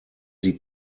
die